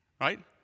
right